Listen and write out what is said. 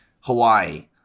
Hawaii